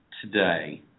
today